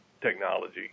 technology